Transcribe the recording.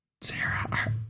Sarah